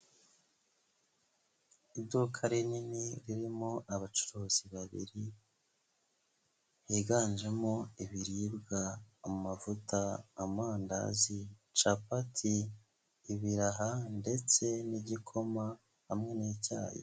Iduka rinini ririmo abacuruzi babiri, higanjemo ibiribwa, amavuta, amandazi, capati, ibiraha ndetse n'igikoma hamwe n'icyayi.